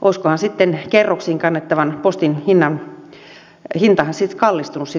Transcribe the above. olisikohan sitten kerroksiin kannettavan postin hinta kallistunut samassa suhteessa